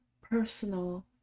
personal